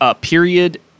period